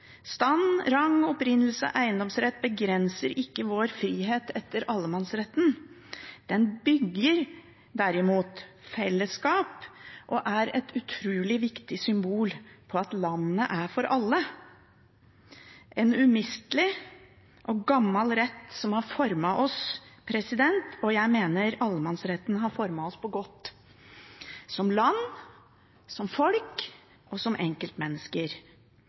Stand, rang, opprinnelse og eiendomsrett begrenser ikke vår frihet etter allemannsretten. Den bygger derimot fellesskap og er et utrolig viktig symbol på at landet er for alle – en umistelig og gammel rett som har formet oss. Jeg mener allemannsretten har formet oss på en god måte, som land, som folk og som enkeltmennesker.